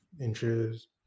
inches